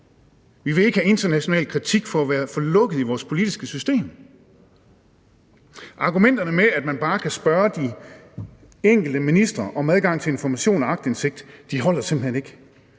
vi vil ikke have international kritik for at være for lukket i vores politiske system. Argumenterne med, at man bare kan spørge de enkelte ministre om adgang til information og aktindsigt, holder simpelt hen ikke.